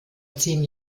zehn